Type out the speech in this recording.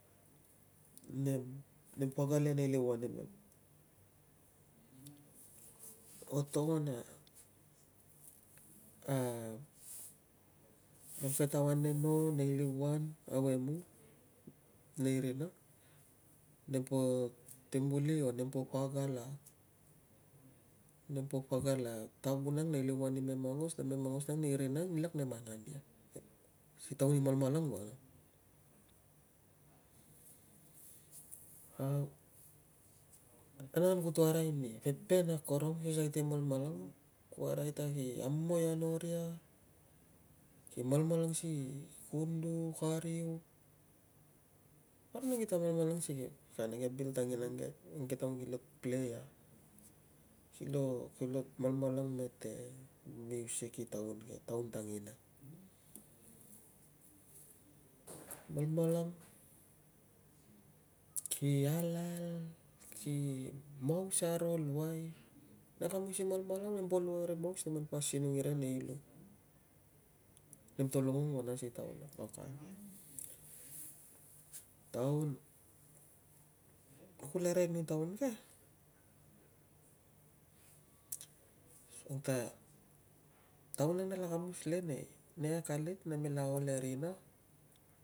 Nem pagal ia nei liuan imem. Ko togon a mang petau ane no, nei liuan au e mung, nei rina. Nempo teng muli o nempo pagal a, nempo pagal, a tavun ang nei liuan imem aungos, namem aungos nei rina ang nginlak nem angan ia si taun i malmalang vanang. Au, anangan kuto ari ni teteng akorong si sait i malmalang, kuo arai ta ki amoi a noria, ki malmalang si kundu, kariu, parik nang kita malmalang si kana ke bil tanginang ke, mang ke taun ki lo play a, kilo, kilo malmalang mete music i taun ke, taun tanginang. malmalang, ki alal, ki maus aro luai, na kamus i malmalang nem po luk a ri maus, neman po asinong iria nei lu. Nemto longong vanang si taun ang, ok taun, ku lo arai ni taun ke, asuang ta, taun ang nala kamus le nei akalit, namela ol e rina